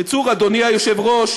בקיצור, אדוני היושב-ראש,